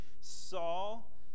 Saul